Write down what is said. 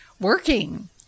working